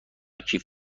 کیف